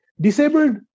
Disabled